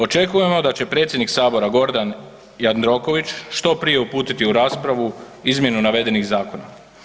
Očekujemo da će predsjednik Sabor Gordan Jandroković što prije uputiti u raspravu izmjenu navedenih zakona.